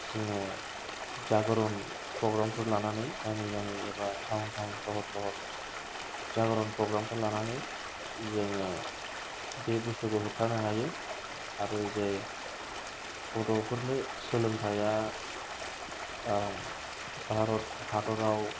जोंंङो जागरन प्रग्रामफोर लानानै गामि गामि एबा थावन थावन सहर सहर जागरन प्रग्रामफोर लानानै जोङो बे बुस्तुखौ होब्थानो हायो आरो जे गथ'फोरनो सोलोंथाइया भारत हादराव